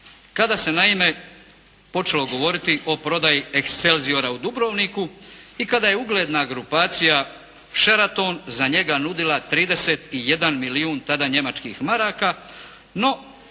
kada se naime počelo govoriti o prodaji "Excelsiora" u Dubrovniku i kada je ugledna grupacija "Sheraton" za njega nudila 31 milijun tada njemačkih maraka, no